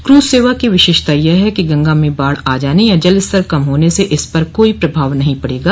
cruise सेवा की विशेषता यह है कि गंगा में बाढ़ आने या जलस्तर कम होने से इस पर कोई प्रभाव नहीं पड़ेगा